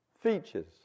features